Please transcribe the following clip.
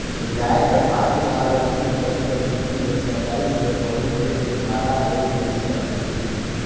बिलाए कर पाछू सार्वजनिक बेंक कर गिनती हर सताइस ले थोरहें होय के बारा होय गइस अहे